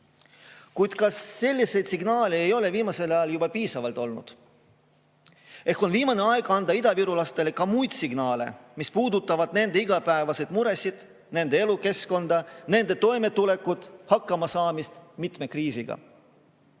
kas selliseid signaale ei ole viimasel ajal juba piisavalt olnud? Ehk on viimane aeg anda idavirulastele ka teistsuguseid signaale, mis puudutavad nende igapäevaseid muresid, nende elukeskkonda, nende toimetulekut, hakkamasaamist mitme kriisiga.